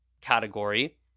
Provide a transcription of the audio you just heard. category